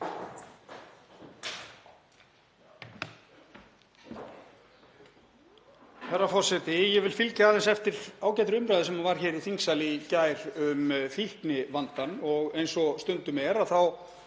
Herra forseti. Ég vil fylgja aðeins eftir ágætri umræðu sem var hér í þingsal í gær um fíknivandann. Eins og stundum er þá